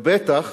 ובטח